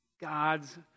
God's